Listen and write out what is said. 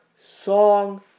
Song